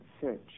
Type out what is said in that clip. search